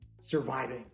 surviving